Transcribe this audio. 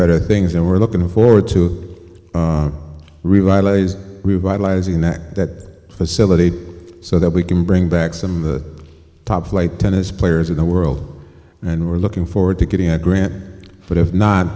better things and we're looking forward to revitalize revitalizing that that facilitate so that we can bring back some of the top flight tennis players in the world and we're looking forward to getting a grant but if not